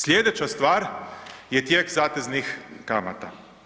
Sljedeća stvar je tijek zateznih kamata.